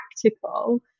practical